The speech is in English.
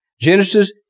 Genesis